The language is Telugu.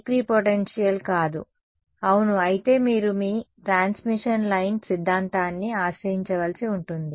అప్పుడు అది ఈక్విపోటెన్షియల్ కాదు అవును అయితే మీరు మీ ట్రాన్స్మిషన్ లైన్ సిద్ధాంతాన్ని ఆశ్రయించవలసి ఉంటుంది